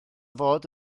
fod